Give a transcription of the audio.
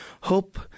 Hope